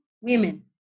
women